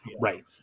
Right